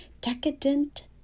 decadent